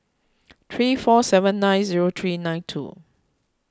three four seven nine zero three nine two